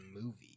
movie